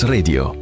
Radio